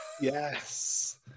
Yes